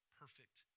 perfect